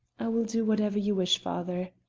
i will do whatever you wish, father,